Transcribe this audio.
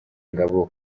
ngabo